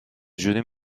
جوری